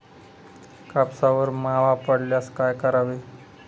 कापसावर मावा पडल्यास काय करावे?